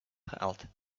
held